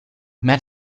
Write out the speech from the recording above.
met